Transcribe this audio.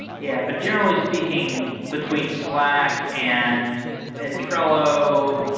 yeah. but generally speaking, between slack and and trello,